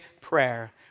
prayer